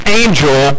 angel